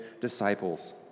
disciples